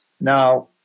Now